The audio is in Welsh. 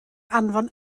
anfon